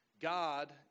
God